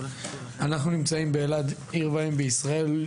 אנחנו נמצאים באילת, עיר ואם בישראל.